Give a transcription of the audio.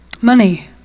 Money